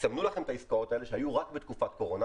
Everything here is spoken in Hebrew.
סמנו לכם את העסקאות האלה שהיו רק בתקופת קורונה